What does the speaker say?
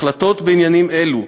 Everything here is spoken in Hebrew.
החלטות בעניינים אלה,